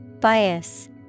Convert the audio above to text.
Bias